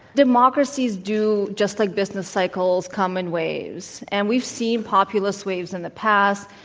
democracies do just like business cycles come in waves. and we've seen populist waves in the past.